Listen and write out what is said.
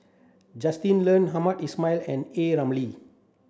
Justin Lean Hamed Ismail and A Ramli